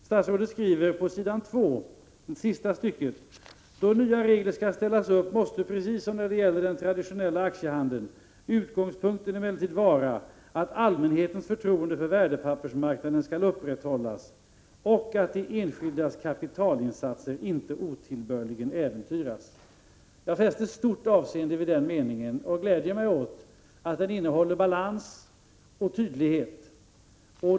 Statsrådet skriver: ”Då nya regler skall ställas upp måste, precis som när det gäller den traditionella aktiehandeln, utgångspunkten emellertid vara att allmänhetens förtroende för värdepappersmarknaden skall upprätthållas och att enskildas kapitalinsatser inte otillbörligen äventyras.” Jag fäster stort avseende vid den meningen och gläder mig åt att den innehåller balans och tydlighet.